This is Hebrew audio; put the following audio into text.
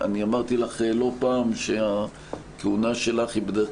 אני אמרתי לך לא פעם שהכהונה שלך היא בדרך